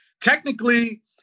technically